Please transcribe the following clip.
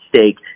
stake